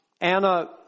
Anna